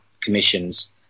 commissions